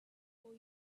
for